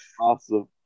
awesome